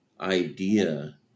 idea